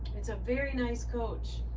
it's a very nice coach,